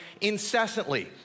incessantly